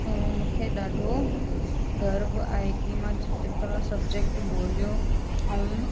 ऐं मूंखे ॾाढो गर्व आहे की मां चित्रकला सब्जेक्ट ॻोल्हियो ऐं